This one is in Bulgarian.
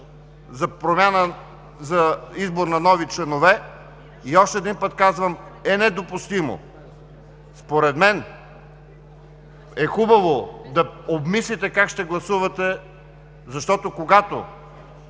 правилата за избор на нови членове. Още веднъж казвам, недопустимо е! Според мен е хубаво да обмислите как ще гласувате, защото когато